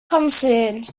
concerned